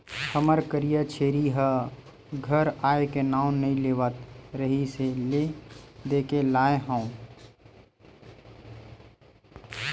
हमर करिया छेरी ह घर आए के नांव नइ लेवत रिहिस हे ले देके लाय हँव